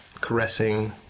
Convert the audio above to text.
caressing